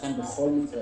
לכן בכל מקרה